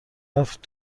رفت